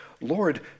Lord